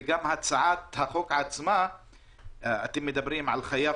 גם בהצעת החוק עצמה אתם מדברים על חייב